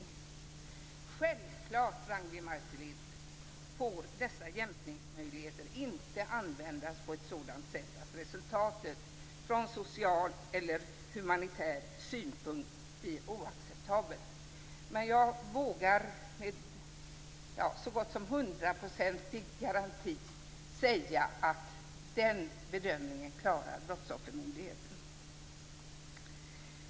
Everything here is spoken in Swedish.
Det är självklart, Ragnwi Marcelind, att dessa jämkningsmöjligheter inte får användas på ett sådant sätt att resultatet från social eller humanitär synpunkt blir oacceptabelt. Men jag vågar så gott som till hundra procent garantera att Brottsoffermyndigheten klarar den bedömningen.